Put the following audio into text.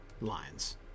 lines